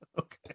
Okay